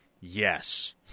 yes